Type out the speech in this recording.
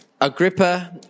Agrippa